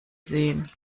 sehen